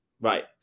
Right